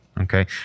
Okay